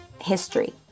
history